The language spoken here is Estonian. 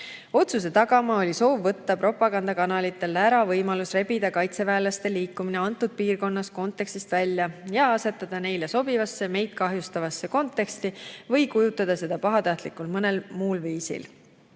"Otsuse tagamaa oli soov võtta propagandakanalitelt ära võimalus rebida kaitseväelaste liikumine antud piirkonnas kontekstist välja ja asetada neile sobivasse meid kahjustavasse konteksti või kujutada seda pahatahtlikult mõnel muul viisil.